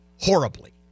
horribly